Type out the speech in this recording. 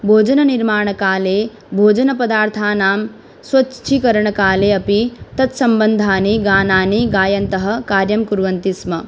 भोजननिर्माणकाले भोजनपदार्थानां स्वच्छीकरणकाले अपि तत् सम्बद्धानि गानानि गायन्तः कार्यं कुर्वन्ति स्म